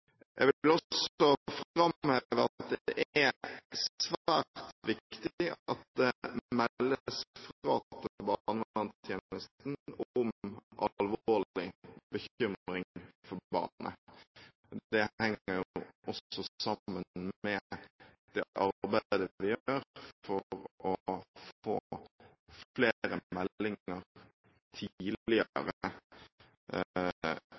at det er svært viktig at det meldes fra til barnevernstjenesten om alvorlig bekymring for barnet. Det henger også sammen med det arbeidet vi gjør for å få flere meldinger